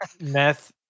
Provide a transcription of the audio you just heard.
meth